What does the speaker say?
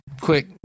quick